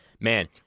man